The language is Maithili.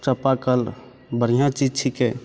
चापाकल बढ़िआँ चीज छिकै